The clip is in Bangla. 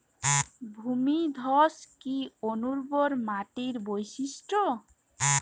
ভূমিধস কি অনুর্বর মাটির বৈশিষ্ট্য?